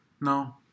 no